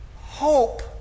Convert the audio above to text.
Hope